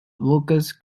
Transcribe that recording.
lucas